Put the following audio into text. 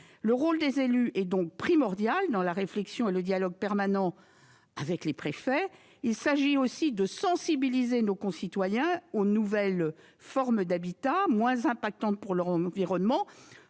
Le rôle des élus est donc primordial dans la réflexion et le dialogue permanent avec les préfets. Il s'agit aussi de sensibiliser nos concitoyens aux nouvelles formes d'habitat, moins impactantes pour l'environnement.